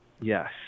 Yes